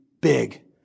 big